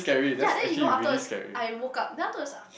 yea then you know after us I woke up then I thought is a